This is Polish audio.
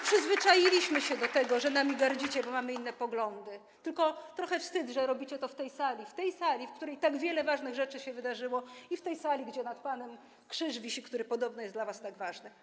Przyzwyczailiśmy się do tego, że nami gardzicie, bo mamy inne poglądy, tylko trochę wstyd, że robicie to w tej sali, w której tak wiele ważnych rzeczy się wydarzyło, w tej sali, gdzie nad panem wisi krzyż, który podobno jest dla was tak ważny.